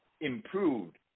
improved